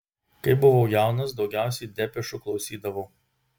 kai buvau jaunas daugiausiai depešų klausydavau